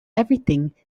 everything